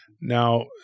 Now